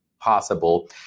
Possible